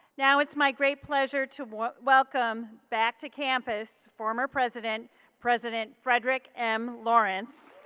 now it's my great pleasure to welcome back to campus former president president frederick m lawrence.